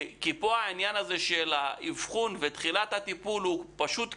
כי פה העניין של האבחון ותחילת הטיפול הוא פשוט קריטי.